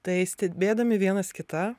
tai stebėdami vienas kitą